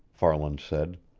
farland said.